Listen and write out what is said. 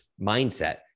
mindset